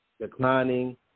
declining